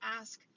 ask